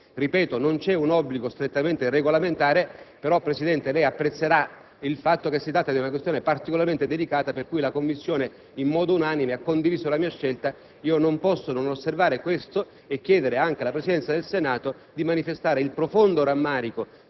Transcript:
Ripeto: non c'è uno stretto obbligo regolamentare ma, signor Presidente, apprezzerà il fatto che si tratta di una questione particolarmente delicata, per cui la Commissione in modo unanime ha condiviso la mia scelta. Non potevo non far osservare quanto accaduto e chiedo alla Presidenza del Senato di manifestare il profondo rammarico